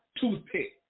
toothpick